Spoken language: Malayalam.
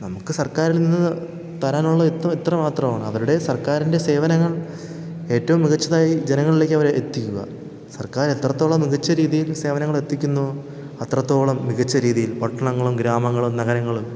നമുക്ക് സർക്കാരിൽ നിന്ന് തരാനുള്ളത് ഇത്ര ഇത്ര മാത്രമാണ് അവരുടെ സർക്കാരിൻ്റെ സേവനങ്ങൾ ഏറ്റവും മികച്ചതായി ജനങ്ങളിലേക്കവരെത്തിക്കുക സർക്കാരെത്രത്തോളം മികച്ച രീതിയിൽ സേവനങ്ങളെത്തിക്കുന്നോ അത്രത്തോളം മികച്ച രീതിയിൽ പട്ടണങ്ങളും ഗ്രാമങ്ങളും നഗരങ്ങളും